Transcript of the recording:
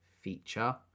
feature